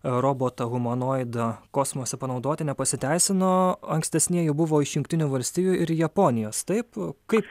roboto humanoido kosmose panaudoti nepasiteisino ankstesnieji buvo iš jungtinių valstijų ir japonijos taip kaip